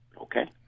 Okay